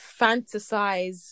fantasize